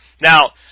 Now